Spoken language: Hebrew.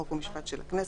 חוק ומשפט של הכנסת,